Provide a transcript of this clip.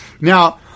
Now